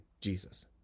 Jesus